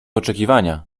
oczekiwania